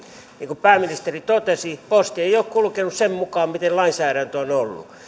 niin kuin pääministeri totesi posti ei ole kulkenut sen mukaan miten lainsäädäntö on on ollut